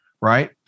right